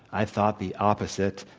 i thought the opposite.